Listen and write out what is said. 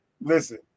listen